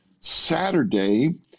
Saturday